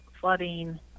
flooding